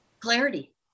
Clarity